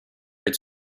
its